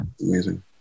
amazing